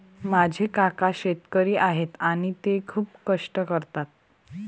माझे काका शेतकरी आहेत आणि ते खूप कष्ट करतात